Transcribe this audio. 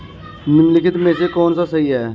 निम्नलिखित में से कौन सा सही है?